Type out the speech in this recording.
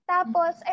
Tapos